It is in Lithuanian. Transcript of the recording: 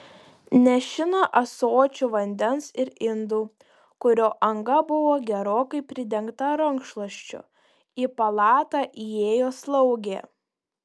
nešina ąsočiu vandens ir indu kurio anga buvo gerokai pridengta rankšluosčiu į palatą įėjo slaugė